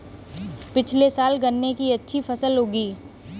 पिछले साल गन्ने की अच्छी फसल उगी